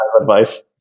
advice